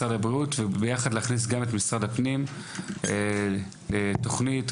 הבריאות והפנים, לתוכנית.